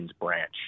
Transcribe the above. branch